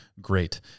great